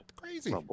Crazy